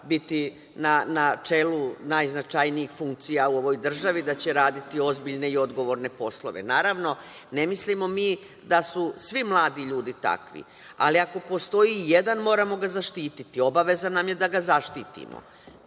biti na čelu najznačajnijih funkcija u ovoj državi i da će raditi ozbiljne i odgovorne poslove. Naravno, ne mislimo mi da su svi mladi ljudi takvi. Ali, ako postoji i jedan, moramo ga zaštititi, obaveza je da ga zaštitimo.